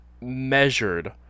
measured